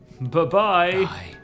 Bye-bye